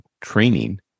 training